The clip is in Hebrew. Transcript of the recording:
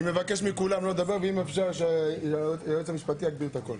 אני מבקש מכולם לא לדבר ואם אפשר שהיועץ המשפטי יגביר את הקול,